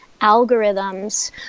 algorithms